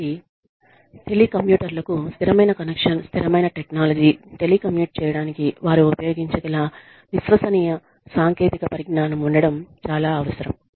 కాబట్టి టెలికమ్యూటర్లకు స్థిరమైన కనెక్షన్ స్థిరమైన టెక్నాలజీ టెలికమ్యూట్ చేయడానికి వారు ఉపయోగించగల విశ్వసనీయ సాంకేతిక పరిజ్ఞానం ఉండటం చాలా అవసరం